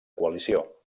coalició